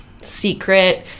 secret